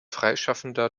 freischaffender